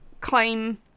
claim